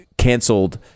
canceled